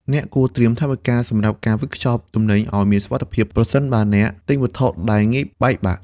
អ្នកគួរត្រៀមថវិកាសម្រាប់ការវេចខ្ចប់ទំនិញឱ្យមានសុវត្ថិភាព ប្រសិនបើអ្នកទិញវត្ថុដែលងាយបែកបាក់។